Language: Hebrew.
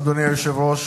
אדוני היושב-ראש,